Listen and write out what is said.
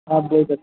آپ بول سکتے ہے